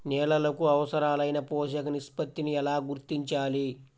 నేలలకు అవసరాలైన పోషక నిష్పత్తిని ఎలా గుర్తించాలి?